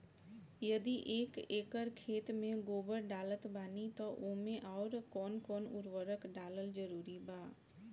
यदि एक एकर खेत मे गोबर डालत बानी तब ओमे आउर् कौन कौन उर्वरक डालल जरूरी बा?